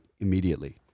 immediately